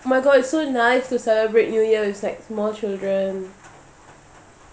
oh my god it's so nice to celebrate new year with like small children